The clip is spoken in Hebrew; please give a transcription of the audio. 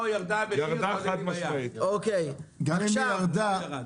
גם אם היא ירדה,